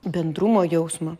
bendrumo jausmą